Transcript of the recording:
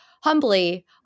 humbly